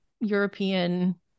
European